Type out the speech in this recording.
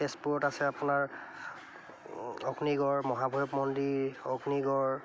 তেজপুৰত আছে আপোনাৰ অগ্নিগড় মহাভৈৰৱ মন্দিৰ অগ্নিগড়